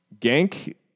Gank